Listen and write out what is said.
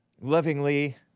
lovingly